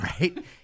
right